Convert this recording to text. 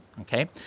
okay